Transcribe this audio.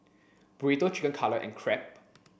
Burrito Chicken Cutlet and Crepe